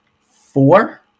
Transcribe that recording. four